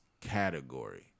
category